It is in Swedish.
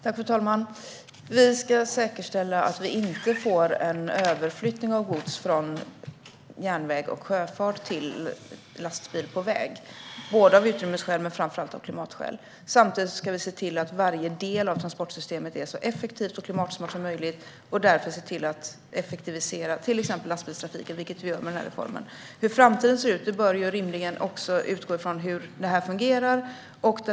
Fru talman! Vi ska säkerställa att vi inte får en överflyttning av gods från järnväg och sjöfart till lastbil på väg av utrymmesskäl men framför allt av klimatskäl. Samtidigt ska vi se till att varje del av transportsystemet är så effektiv och klimatsmart som möjligt och därför effektivisera till exempel lastbilstrafiken, vilket vi gör med den här reformen. När det gäller hur framtiden ser ut bör man rimligen utgå från hur det här fungerar.